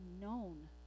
known